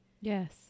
Yes